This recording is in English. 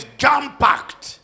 jam-packed